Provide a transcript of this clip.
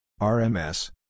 RMS